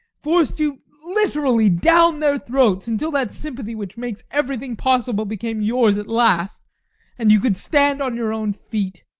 forced you literally down their throats, until that sympathy which makes everything possible became yours at last and you could stand on your own feet.